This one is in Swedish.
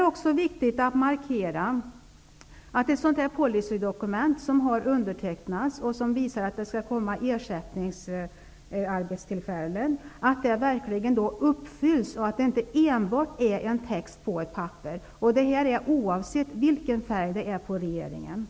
Det är också viktigt att markera att ett policydokument som undertecknats och som visar att det skall komma ersättningsarbetstillfällen verkligen fullföljs och inte enbart är text på papper. Det gäller oavsett vilken partifärg som regeringen har.